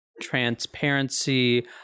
transparency